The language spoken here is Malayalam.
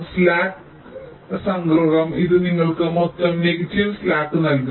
സ്ലാക്ക് tau p യുടെ സംഗ്രഹം ഇത് നിങ്ങൾക്ക് മൊത്തം നെഗറ്റീവ് സ്ലാക്ക് നൽകും